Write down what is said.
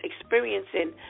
experiencing